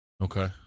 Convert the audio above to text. Okay